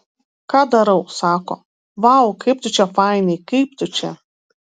ką darau sako vau kaip tu čia fainiai kaip tu čia